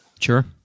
Sure